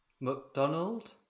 McDonald